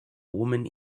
woman